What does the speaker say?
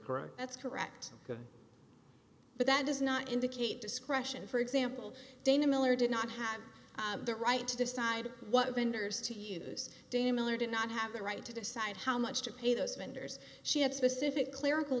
correct that's correct but that does not indicate discretion for example dana miller did not have the right to decide what vendors to use to miller did not have the right to decide how much to pay those vendors she had specific clerical